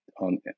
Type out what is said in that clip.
on